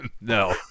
No